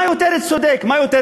מה יותר צודק מזה,